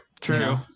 True